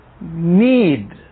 need